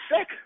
sick